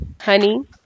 Honey